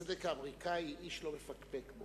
בצדק האמריקני איש לא מפקפק,